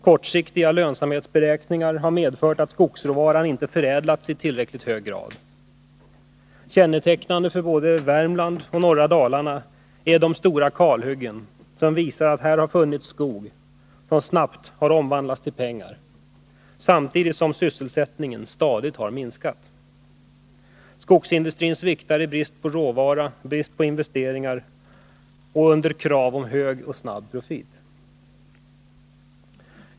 Kortsiktiga lönsamhetsberäkningar har medfört att skogsråvaran inte förädlats i tillräckligt hög grad. Kännetecknande för både Värmland och norra Dalarna är de stora kalhyggen som visar att här har funnits skog som snabbt har omvandlats till pengar. Samtidigt har sysselsättningen stadigt minskat. Skogsindustrin sviktar i brist på råvara och investeringar och under krav på hög och snabb profit.